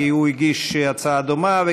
כי הוא הגיש הצעה דומה.